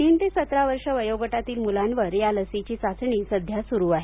तीन ते सतरा वर्षे वयोगटातील मुलांवर या लसीची चाचणी सध्या सुरु आहे